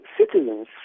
citizens